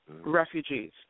refugees